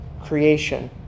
creation